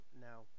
Now